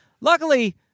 Luckily